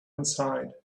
inside